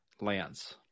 Lance